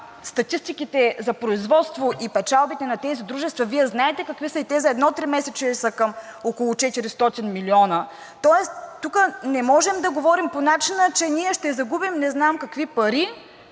статистиките за производството и печалбите на тези дружества Вие знаете какви са, и те за едно тримесечие са около 400 млн. лв. Тоест тук не можем да говорим по начина, че ние ще загубим не знам какви пари,